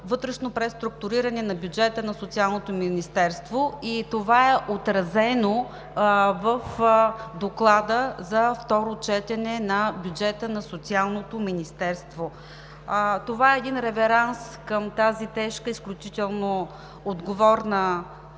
вътрешно преструктуриране на бюджета на Социалното министерство и това е отразено в доклада за второ четене на бюджета на Социалното министерство. Това е един реверанс към тази тежка и изключително отговорна